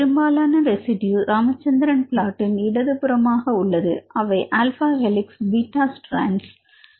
பெரும்பாலான ரெசிடியூ ராமச்சந்திரன் பிளாட்டின் இடது புறமாக உள்ளது அவை ஆல்பாஹெளிக்ஸ் பீட்டா ஸ்ட்ராண்ட்ஸ்